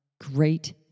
great